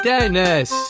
Dennis